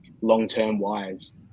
long-term-wise